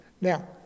Now